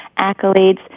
accolades